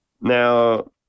Now